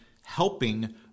helping